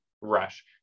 rush